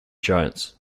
giants